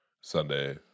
Sunday